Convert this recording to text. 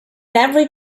every